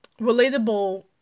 relatable